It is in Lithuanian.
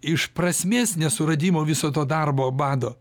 iš prasmės nesuradimo viso to darbo bado